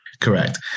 Correct